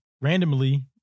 randomly